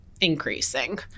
increasing